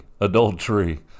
Adultery